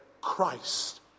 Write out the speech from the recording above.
Christ